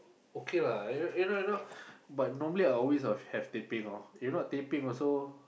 okay lah you know you know but normally I always have teh peng lor if not teh peng also